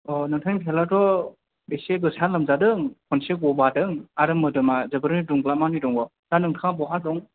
नोंथांनि फिसालायाथ' इसे गोसा लोमजादों खनसे गोबादों आरो मोदोमा जोबोरैनो दुंग्लाबनानै दङ दा नोंथाङा बहा दं